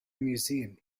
museum